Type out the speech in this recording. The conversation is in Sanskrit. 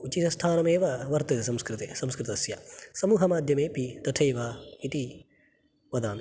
उचितस्थानमेव वर्तते संस्कृते संस्कृतस्य